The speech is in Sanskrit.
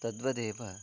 तद्वदेव